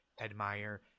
admire